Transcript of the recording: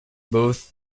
both